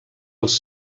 els